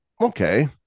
okay